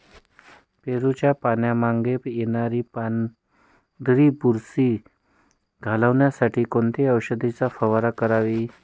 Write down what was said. पेरूच्या पानांमागे येणारी पांढरी बुरशी घालवण्यासाठी कोणत्या औषधाची फवारणी करावी?